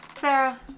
Sarah